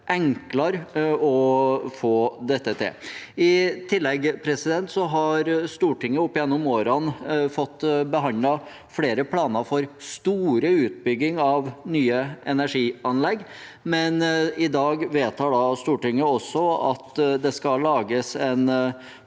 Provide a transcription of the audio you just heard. enklere å få dette til. I tillegg har Stortinget opp gjennom årene fått behandlet flere planer for store utbygginger av nye energianlegg, men i dag vedtar Stortinget også at det skal lages en